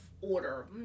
order